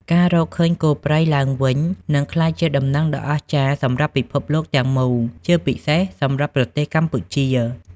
ការរកឃើញគោព្រៃឡើងវិញនឹងក្លាយជាដំណឹងដ៏អស្ចារ្យសម្រាប់ពិភពលោកទាំងមូល ជាពិសេសសម្រាប់ប្រទេសកម្ពុជា។